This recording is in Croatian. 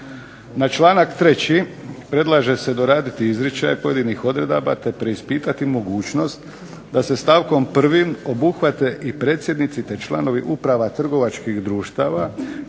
Na članak 3. predlaže se doraditi izričaj pojedinih odredaba, te preispitati mogućnost da se stavkom 1. obuhvate i predsjednici te članovi uprava trgovačkih društava